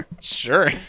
Sure